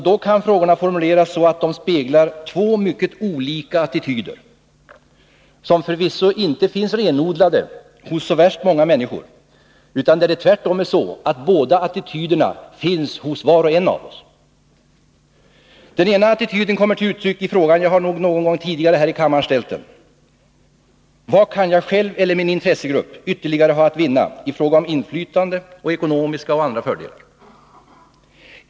Då kan frågorna formuleras så att de speglar två mycket olika attityder, som förvisso inte finns renodlade hos så värst många människor, utan där det tvärtom är så att båda attityderna finns hos var och en av oss. Den ena attityden kommer till uttryck i den fråga jag förmodligen också någon gång tidigare ställt här i kammaren: Vad kan jag själv eller min intressegrupp ytterligare ha att vinna i fråga om inflytande och ekonomiska och andra fördelar?